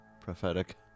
prophetic